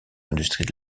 industries